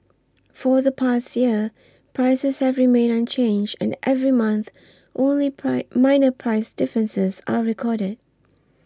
for the past year prices have remained unchanged and every month only price minor price differences are recorded